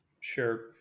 Sure